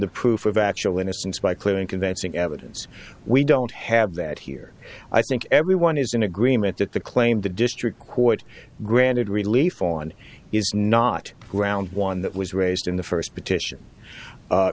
the proof of actual innocence by clear and convincing evidence we don't have that here i think everyone is in agreement that the claim the district court granted relief on is not ground one that was raised in the first petition